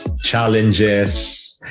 challenges